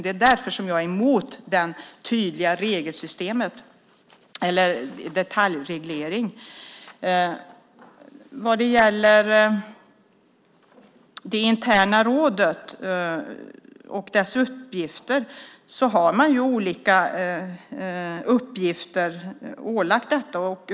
Det är därför jag är emot en detaljreglering. Det interna rådet har fått sig ålagt olika uppgifter.